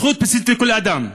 זכות בסיסית לכל אדם.